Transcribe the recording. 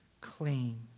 Clean